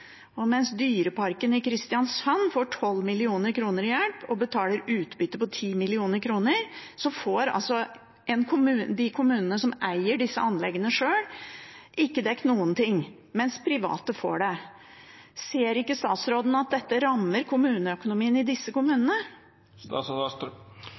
Og mens dyreparken i Kristiansand får 12 mill. kr i hjelp og betaler utbytte på 10 mill. kr, får altså de kommunene som eier disse anleggene sjøl, ikke dekket noen ting, mens private får det. Ser ikke statsråden at dette rammer økonomien i disse